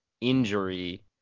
injury